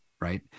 right